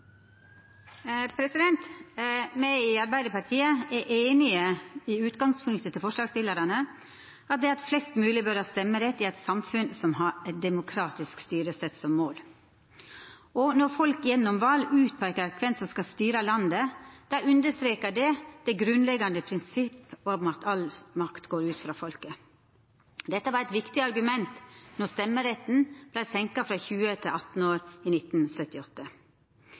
forslagsstillarane, at flest mogleg bør ha stemmerett i eit samfunn som har demokratisk styresett som mål. Når folk gjennom val peikar ut kven som skal styra landet, understrekar dette det grunnleggjande prinsippet om at all makt går ut frå folket. Dette var eit viktig argument då stemmerettsalderen vart sett ned frå 20 år til 18 år i 1978.